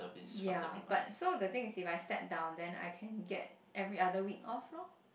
ya but so the thing is if I step down then I can get every other week off loh